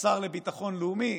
השר לביטחון לאומי